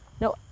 no